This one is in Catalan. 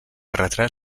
retrat